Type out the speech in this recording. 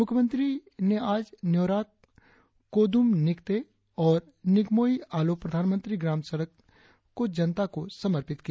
मुख्यमंत्री ने आज न्योराक कोदुम निकटे और निगमोयी आलो प्रधानमंत्री ग्राम सड़क को जनता को समर्पित किया